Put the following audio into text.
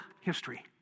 history